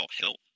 help